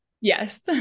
Yes